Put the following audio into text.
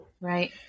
Right